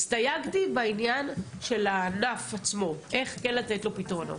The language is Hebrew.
הסתייגתי בעניין של הענף עצמו ואיך כן לתת לו פתרונות.